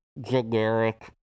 generic